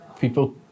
people